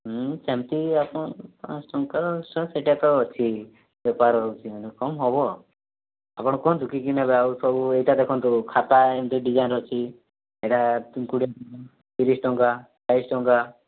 ହୁଁ ସେମିତି ଆପଣ ପାଞ୍ଚଶହ ଟଙ୍କାର ସେଇଟା ତ ଅଛି ବେପାର ହେଉଛି କମ୍ ହେବ ଆଉ ଆପଣ କୁହନ୍ତୁ କି କି ନେବେ ଆଉ ସବୁ ଏଇଟା ଦେଖନ୍ତୁ ଖାତା ଏମିତି ଡିଜାଇନ୍ ଅଛି ଏଇଟା କୋଡ଼ିଏ ଟଙ୍କା ତିରିଶ ଟଙ୍କା ଚାଳିଶ ଟଙ୍କା